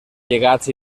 llegats